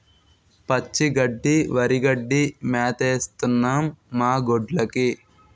పచ్చి గడ్డి వరిగడ్డి మేతేస్తన్నం మాగొడ్డ్లుకి